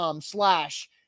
slash